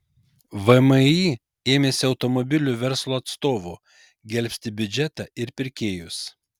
vmi ėmėsi automobilių verslo atstovų gelbsti biudžetą ir pirkėjus